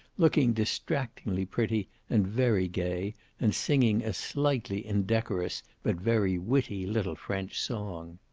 looking distractingly pretty and very gay and singing a slightly indecorous but very witty little french song.